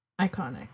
iconic